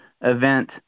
event